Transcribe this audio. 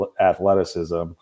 athleticism